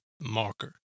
marker